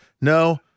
No